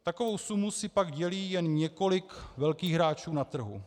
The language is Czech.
Takovou sumu si pak dělí jen několik velkých hráčů na trhu.